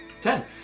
ten